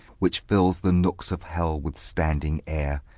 which fills the nooks of hell with standing air,